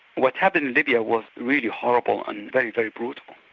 what's happened in libya was really horrible and very, very brutal.